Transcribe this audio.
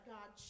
God